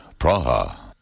Praha